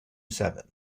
seven